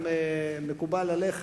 אם מקובל עליך,